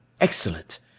Excellent